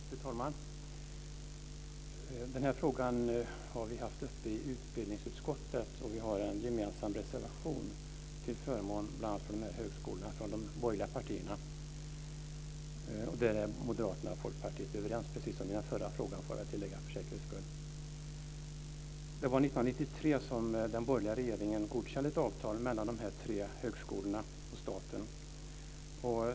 Fru talman! Den här frågan har vi haft uppe i utbildningsutskottet, och vi har en gemensam reservation från de borgerliga partierna till förmån för bl.a. de här högskolorna. Där är Moderaterna och Folkpartiet överens, precis som i den förra frågan, får jag väl tillägga för säkerhets skull. Det var 1993 som den borgerliga regeringen godkände ett avtal mellan de här tre högskolorna och staten.